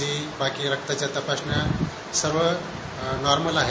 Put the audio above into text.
जी बाकी रक्ताच्या तपासण्या सर्व नार्मल आहेत